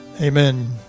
Amen